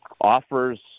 offers